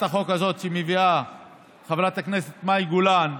החוק הזאת שמביאה חברת הכנסת מאי גולן,